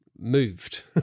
moved